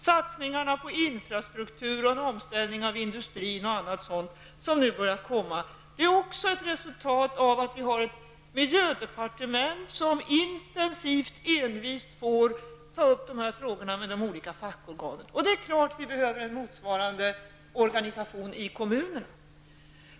Satsningarna på infrastrukturen, omställningen av industrin och annat sådant som har börjat komma är också resultat av att vi har ett miljödepartement som intensivt och envist tar upp de här frågorna med de olika fackorganen. Det är helt klart att det behövs en motsvarande organisation i kommunerna.